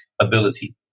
ability